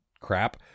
crap